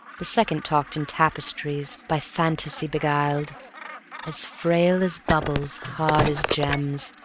the second talked in tapestries, by fantasy beguiled as frail as bubbles, hard as gems,